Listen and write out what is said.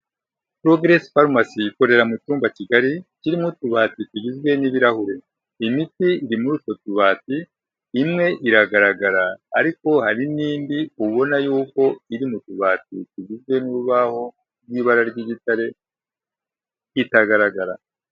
Progress pharmacy ikorera mu cyumba kigari kirimo utubati tugizwe n'ibirahure, imiti iri muri utwo tubati, imwe iragaragara ariko hari n'indi ubona yuko iri mu tubati tugizwe n'urubaho n'ibara ry'igitare itagaragara.